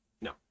No